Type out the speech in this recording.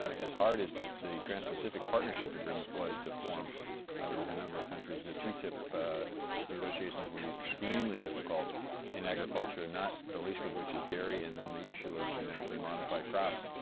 as hard as the transpacific partnership agreement was to form with a number of countries, the ttip negotiations will be extremely difficult in agriculture, not the least of which is dairy and then the issue of genetically modified crops,